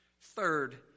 Third